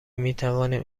میتوانیم